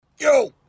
Yo